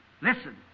Listen